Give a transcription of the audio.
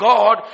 God